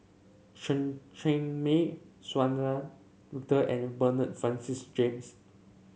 Chen Cheng Mei Suzann Victor and Bernard Francis James